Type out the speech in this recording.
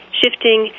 shifting